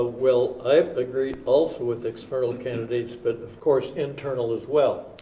well i agree also with external candidates but of course internal as well.